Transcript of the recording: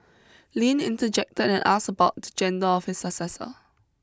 Lin interjected and asked about the gender of his successor